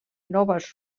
noves